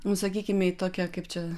nu sakykime į tokią kaip čia